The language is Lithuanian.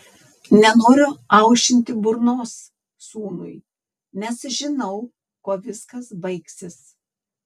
nenoriu aušinti burnos sūnui nes žinau kuo viskas baigsis